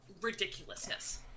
ridiculousness